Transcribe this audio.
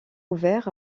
ouverts